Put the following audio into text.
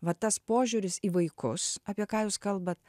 va tas požiūris į vaikus apie ką jūs kalbat